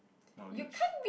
not a leech